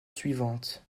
suivantes